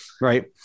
right